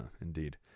indeed